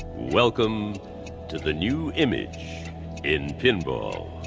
welcome to the new image in pinball.